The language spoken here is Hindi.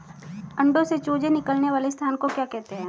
अंडों से चूजे निकलने वाले स्थान को क्या कहते हैं?